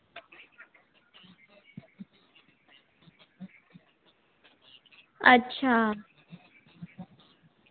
अच्छा